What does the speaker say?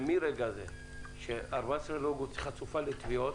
ומרגע הזה של 14 באוגוסט, היא חשופה לתביעות.